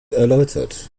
erläutert